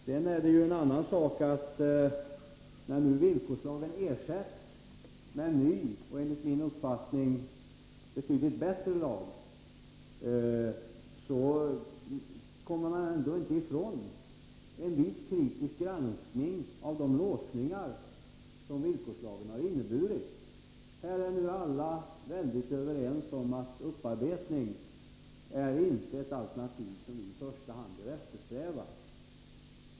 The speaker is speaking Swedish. Sedan är det en annan sak att när villkorslagen nu ersätts med en ny och enligt min uppfattning betydligt bättre lag, kommer man inte ifrån en viss kritisk granskning av de låsningar som villkorslagen har inneburit. Här är alla överens om att upparbetning inte är det alternativ som vi i första hand bör eftersträva.